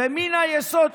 ומן היסוד,